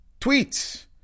tweets